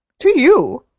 to you!